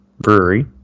brewery